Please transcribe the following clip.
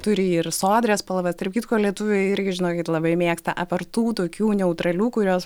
turi ir sodrias spalvas tarp kitko lietuviai irgi žinokit labai mėgsta apart tų tokių neutralių kurios